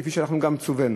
כפי שאנחנו גם צווינו,